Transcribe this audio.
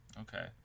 Okay